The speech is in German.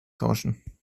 tauschen